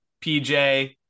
PJ